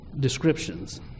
descriptions